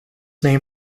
name